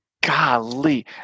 golly